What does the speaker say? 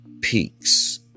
peaks